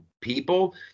People